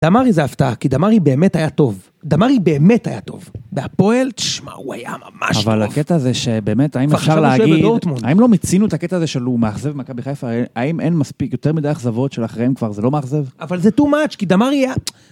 דמרי זה הפתעה, כי דמרי באמת היה טוב. דמרי באמת היה טוב. והפועל, תשמע, הוא היה ממש טוב. אבל הקטע זה שבאמת, האם אפשר להגיד... האם לא מצינו את הקטע הזה שלו, הוא מאכזב מכבי חיפה, האם אין יותר מדי אכזבות של אחריהם כבר זה לא מאכזב? אבל זה too much, כי דמרי היה...